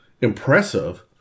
impressive